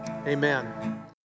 Amen